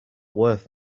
worth